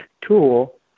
tool